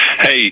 Hey